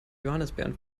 johannisbeeren